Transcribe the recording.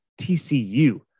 TCU